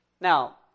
Now